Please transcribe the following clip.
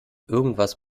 irgendwas